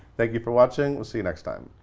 thank you for watching. we'll see you next time.